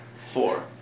Four